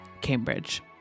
Cambridge